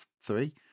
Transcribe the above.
three